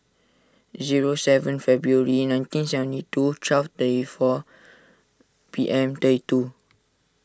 zero seven February nineteen seventy two twelve thirty four P M thirty two